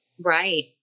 Right